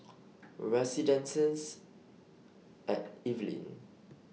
Residences At Evelyn